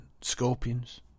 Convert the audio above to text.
scorpions